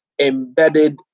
embedded